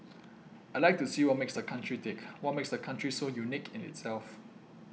I like to see what makes the country tick what makes the country so unique in itself